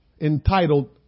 entitled